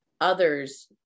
others